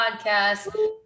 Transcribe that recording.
podcast